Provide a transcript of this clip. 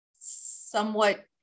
somewhat